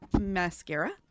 mascara